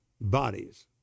bodies